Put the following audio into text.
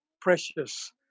precious